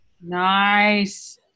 Nice